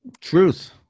Truth